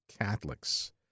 Catholics